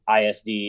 ISD